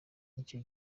icyo